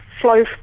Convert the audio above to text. flow